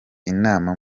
inama